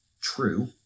True